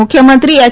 મુખ્યમંત્રી એચ